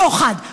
שוחד,